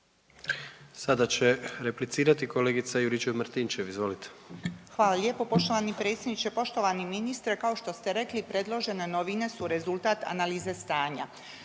Sada će replicirati kolegica Juričev Martinčev. Izvolite. **Juričev-Martinčev, Branka (HDZ)** Hvala lijepo poštovani predsjedniče. Poštovani ministre. Kao što ste rekli predložene novine su rezultat analize stanja